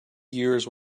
years